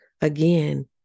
again